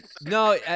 No